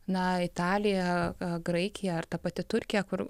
na italija graikija ar ta pati turkija kur